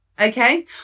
Okay